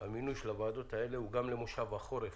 המינוי של הוועדות האלה הוא גם למושב החורף